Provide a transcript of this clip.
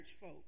folk